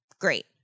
Great